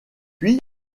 puis